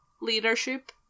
leadership